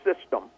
system